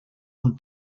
und